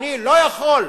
אני לא יכול,